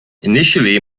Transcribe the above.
initially